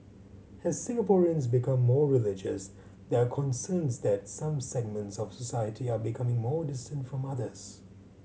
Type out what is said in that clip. as Singaporeans become more religious there are concerns that some segments of society are becoming more distant from others